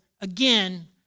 again